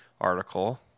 article